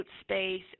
space